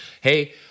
hey